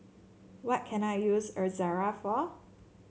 what can I use Ezerra for